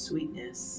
Sweetness